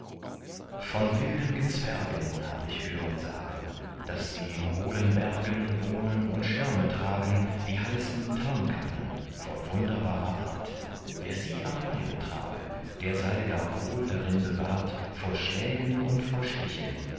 von wilden gezwergen hab ich hören sagen daß sie in hohlen bergen wohnen und schirme tragen die heißen tarnkappen von wunderbarer art wer sie am leibe trage der sei gar wohl darin bewahrt vor schlägen und vor stichen